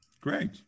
Great